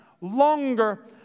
longer